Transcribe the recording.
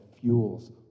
fuels